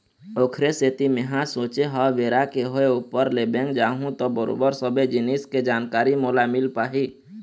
ओखरे सेती मेंहा सोचे हव बेरा के होय ऊपर ले बेंक जाहूँ त बरोबर सबे जिनिस के जानकारी मोला मिल पाही